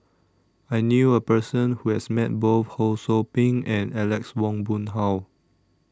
I knew A Person Who has Met Both Ho SOU Ping and Alex Ong Boon Hau